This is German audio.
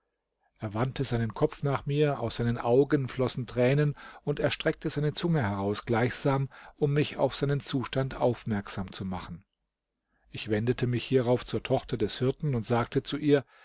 er wandte seinen kopf nach mir aus seinen augen flossen tränen und er streckte seine zunge heraus gleichsam um mich auf seinen zustand aufmerksam zu machen ich wendete mich hierauf zur tochter des hirten und sagte zu ihr